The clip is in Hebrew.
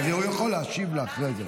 אבל הוא יכול להשיב לה אחרי זה.